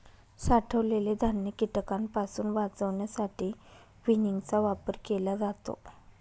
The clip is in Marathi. साठवलेले धान्य कीटकांपासून वाचवण्यासाठी विनिंगचा वापर केला जातो